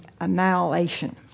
annihilation